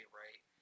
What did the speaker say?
right